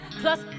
plus